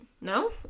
No